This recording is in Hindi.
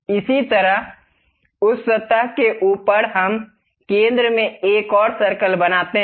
इसी तरह उस सतह के ऊपर हम केंद्र में एक और सर्कल बनाते हैं